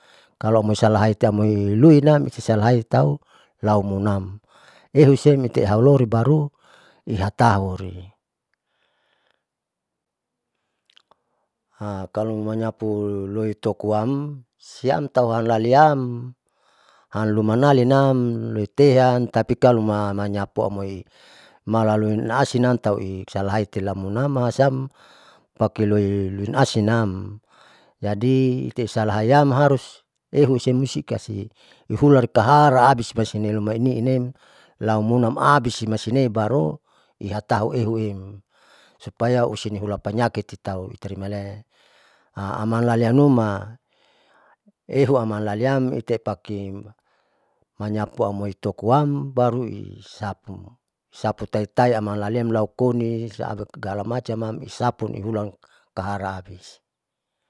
Kaloaumoi salahaite aumoy luinam salahai tau lau munam iheusiem ite'e hauluri baru ihatauri kalo manyapu loitokoam siamntan haulaliam hanlumanalin an luiteam tapi kalo mamanyapuam loi mala lutu naasinam taui salahiti lamunam masiam paki loilin asinam, jadi tesalahaiam harus ehusem sikasi ihulan likahara abis loisine mailumanim la aumunam abise maisine baru ihatau ehuem supaya useulapanyaki titau rimale amam lalin amnuma euamalaliam eute paki manyapu amoi tokoam baruisapu sapu tai tai amanlalem taukoni siabisgalamacam sapu ihulan kahara abi.